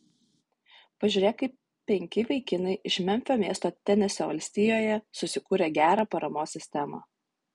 pažiūrėk kaip penki vaikinai iš memfio miesto tenesio valstijoje susikūrė gerą paramos sistemą